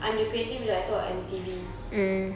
I'm the creative director of M_T_V